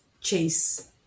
chase